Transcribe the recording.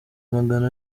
magana